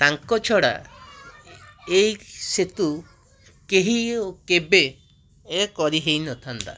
ତାଙ୍କ ଛଡ଼ା ଏଇ ସେତୁ କେହି ଓ କେବେ ଏ କରି ହେଇନଥାନ୍ତା